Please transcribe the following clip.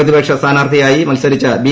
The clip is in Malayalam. പ്രതിപക്ഷ സ്ഥാനാർത്ഥിയായി മൽസരിച്ച ബി